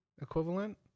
equivalent